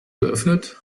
geöffnet